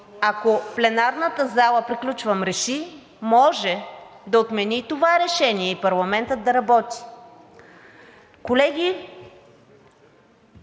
ако пленарната зала реши, може да отмени това решение и парламентът да работи. Колеги,